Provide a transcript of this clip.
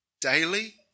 daily